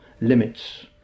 limits